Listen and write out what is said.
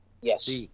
Yes